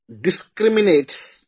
discriminates